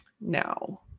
now